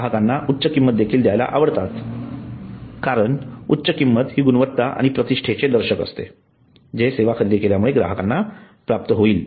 ग्राहकांना उच्च किंमत देखील द्यायला आवडतात कारण उच्च किंमत ही गुणवत्ता आणि प्रतिष्ठेचे दर्शक असते जे सेवा खरेदी केल्यामुळे ग्राहकाला प्राप्त होईल